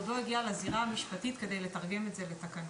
זה עוד לא הגיע לזירה המשפטית כדי לתרגם את זה לתקנות.